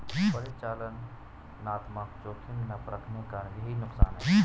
परिचालनात्मक जोखिम ना परखने का यही नुकसान है